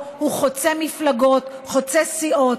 הוא חוצה מפלגות, חוצה סיעות,